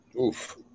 Oof